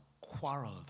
quarrel